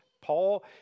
Paul